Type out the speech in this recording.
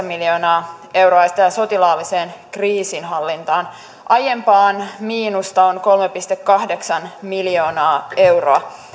miljoonaa euroa esitetään sotilaalliseen kriisinhallintaan aiempaan miinusta on kolme pilkku kahdeksan miljoonaa euroa